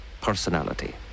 personality